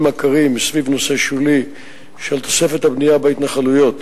עקרים סביב נושא שולי של תוספת הבנייה בהתנחלויות,